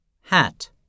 Hat